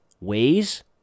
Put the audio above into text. ways